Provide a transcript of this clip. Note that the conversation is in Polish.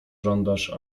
żądasz